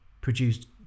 produced